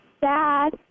Dad